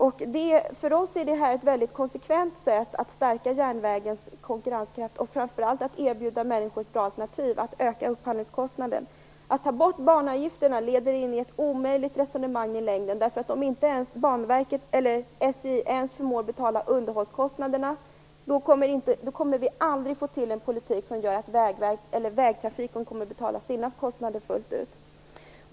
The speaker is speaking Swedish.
Ett helt konsekvent sätt för oss att stärka järnvägens konkurrenskraft och framför allt att erbjuda människor ett bra alternativ är att öka upphandlingskostnaden. Att ta bort banavgifterna leder in i ett omöjligt resonemang i längden därför att om inte SJ ens förmår betala underhållskostnaderna kommer vi aldrig att få en politik som gör att vägtrafiken kommer att betala sina kostnader fullt ut.